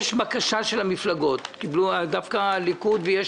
יש בקשה של המפלגות דווקא הליכוד ויש